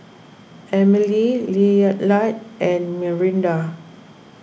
Emilie Lillard and Myranda